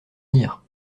dire